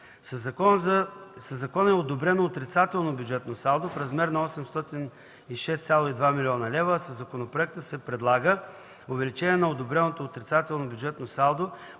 Със закона е одобрено отрицателно бюджетно салдо в размер на 806,2 млн. лв., а със законопроекта се предлага увеличение на одобреното отрицателно бюджетно салдо